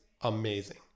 amazing